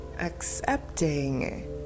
Accepting